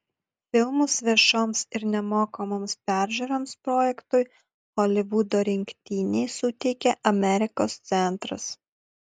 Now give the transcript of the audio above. filmus viešoms ir nemokamoms peržiūroms projektui holivudo rinktiniai suteikė amerikos centras